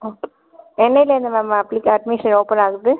okay என்னையிலேர்ந்து ma'am apply admission open ஆகுது